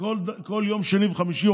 בכל שני וחמישי,